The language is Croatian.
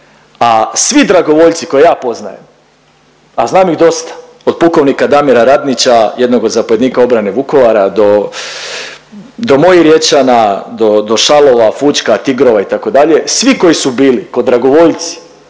A svi dragovoljci koje ja poznajem, a znam ih dosta od pukovnika Damira Radnića jednog od zapovjednika obrane Vukovara do mojih Riječana, do Šalova, Fućka, Tigrova itd., svi koji su bili ko dragovoljci,